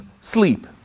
sleep